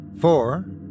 Four